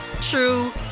true